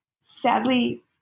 Sadly